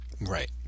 Right